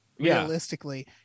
realistically